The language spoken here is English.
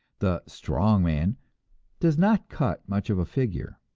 the strong man does not cut much of a figure.